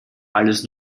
alles